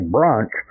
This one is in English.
Brunch